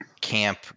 camp